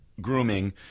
grooming